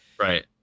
right